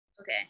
Okay